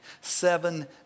seven